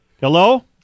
Hello